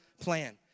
plan